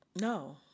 No